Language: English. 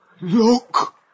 look